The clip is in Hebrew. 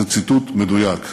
זה ציטוט מדויק.